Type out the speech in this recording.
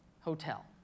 hotel